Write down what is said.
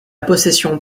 possession